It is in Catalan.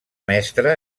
mestre